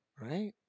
right